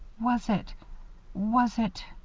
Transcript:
was it was it